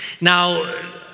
Now